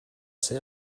ser